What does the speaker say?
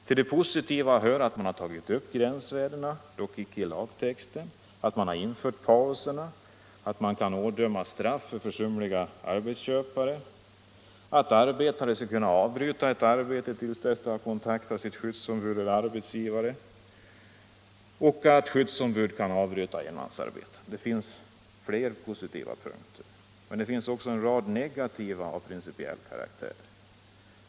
Till det positiva hör att man tagit upp gränsvärdena — dock inte i lagtexten — att man infört pauser, att försumliga arbetsköpare kan ådömas straff, att arbetare skall kunna avbryta ett arbete tills de har kontaktat sitt skyddsombud eller arbetsgivaren och att skyddsombud kan avbryta enmansarbeten. Det finns fler positiva punkter, men det finns också en rad negativa av principiell karaktär.